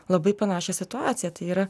labai panašią situaciją tai yra